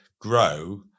grow